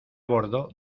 bordo